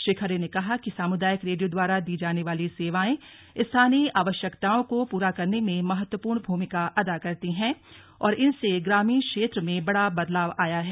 अमित खरे ने कहा कि सामुदायिक रेडियो द्वारा दी जाने वाली सेवायें स्थानीय आवश्यकताओं को पूरा करने में महत्वपूर्ण भूमिका अदा करती हैं और इनसे ग्रामीण क्षेत्र में बड़ा बदलाव आया है